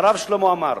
הרב שלמה עמאר,